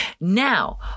Now